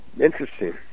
interesting